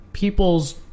People's